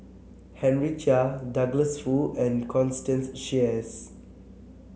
Henry Chia Douglas Foo and Constance Sheares